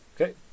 Okay